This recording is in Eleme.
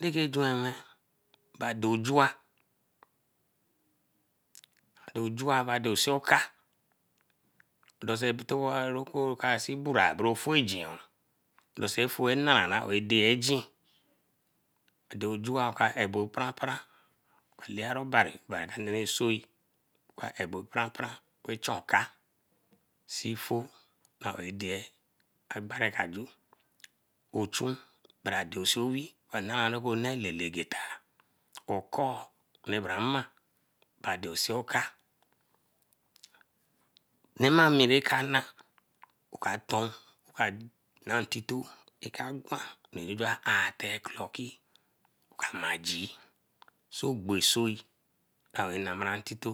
Raka juen nwe bado ojua, bado osioka beren ofo ejin doso foe nnara bae bey dei egin. Do jua oka ebor pranpran ka laore obari, obari ameru esou, oka abo pran pran wey chen oka sifo aowe dei. Agba ra ka ju. o chun bere a dore sou weeh, nara bole nagata. Okor nee bra mar, bado si okar, remain mi ra ka nah aton, ra ka na intito, kagwan oka arh ote-clocki oka maiji sobesei ra namari intito